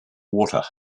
water